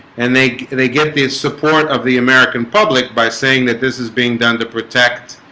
and they they get the support of the american public by saying that this is being done to protect